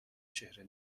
چهره